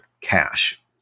cash